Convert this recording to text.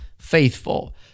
faithful